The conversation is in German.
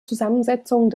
zusammensetzung